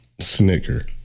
Snicker